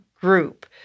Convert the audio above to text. group